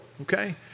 okay